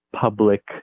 public